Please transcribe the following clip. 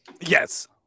yes